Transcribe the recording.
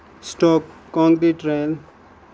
stock concrete trail